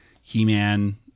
He-Man